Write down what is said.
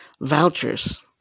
vouchers